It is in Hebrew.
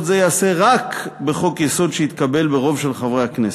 זה ייעשה רק בחוק-יסוד שיתקבל ברוב של חברי הכנסת.